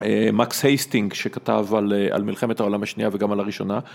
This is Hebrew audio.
מקס הייסטינג שכתב על מלחמת העולם השנייה וגם על הראשונה